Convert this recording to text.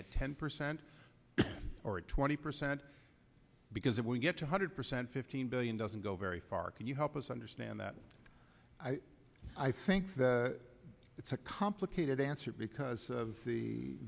at ten percent or twenty percent because if we get a hundred percent fifteen billion doesn't go very far can you help us understand that i think that it's a complicated answer because of the